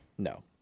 No